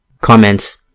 COMMENTS